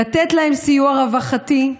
לתת להם סיוע רווחתי,